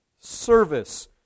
service